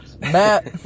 Matt